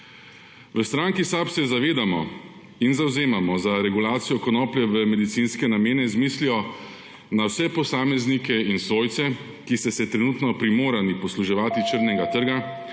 V stranki SAB se zavedamo in zavzemamo za regulacijo konoplje v medicinske namene z mislijo na vse posameznike in svojce, ki ste se trenutno primorani posluževati črnega trga